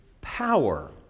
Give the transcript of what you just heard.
power